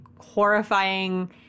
horrifying